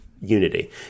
unity